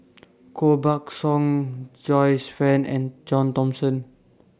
Koh Buck Song Joyce fan and John Thomson